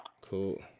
Cool